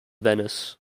venice